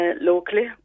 locally